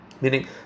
Meaning